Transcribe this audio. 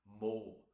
more